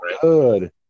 good